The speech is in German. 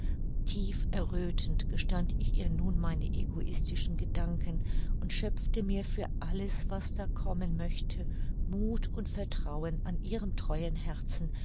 tief erröthend gestand ich ihr nun meine egoistischen gedanken und schöpfte mir für alles was da kommen möchte muth und vertrauen an ihrem treuen herzen